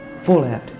Fallout